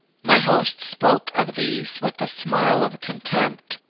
my host spoke of these with a smile of contempt,